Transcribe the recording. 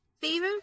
Fever